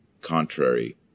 contrary